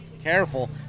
Careful